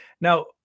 Now